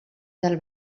del